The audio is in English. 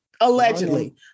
allegedly